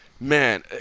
man